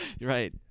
right